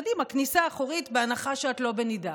קדימה, כניסה אחורית, בהנחה שאת לא בנידה.